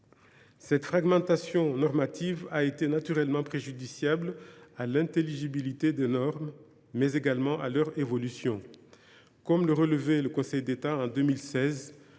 Cette fragmentation normative a été naturellement préjudiciable à l’intelligibilité, mais également à l’évolution des normes. Comme le relevait le Conseil d’État en 2016,